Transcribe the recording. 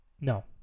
no